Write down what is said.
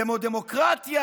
כמו דמוקרטיה.